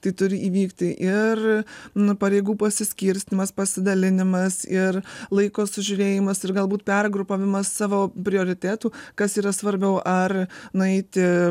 tai turi įvykti ir nu pareigų pasiskirstymas pasidalinimas ir laiko sužiūrėjimas ir galbūt pergrupavimas savo prioritetų kas yra svarbiau ar nueiti